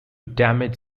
damage